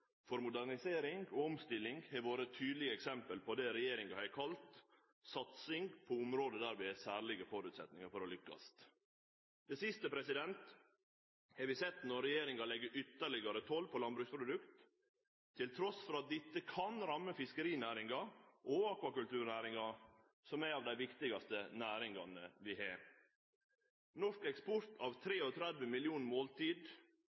for modernisering og omstilling har vore tydelege eksempel på det regjeringa har kalla satsing på område der vi har særlege føresetnader for å lykkast. Det siste har vi sett når regjeringa legg ytterlegare toll på landbruksprodukt, trass i at dette kan ramme fiskerinæringa og akvakulturnæringa, som er av dei viktigaste næringane vi har. Norsk eksport av 33 millionar måltid